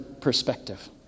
perspective